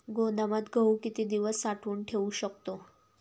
गोदामात गहू किती दिवस साठवून ठेवू शकतो?